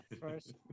first